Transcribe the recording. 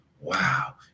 wow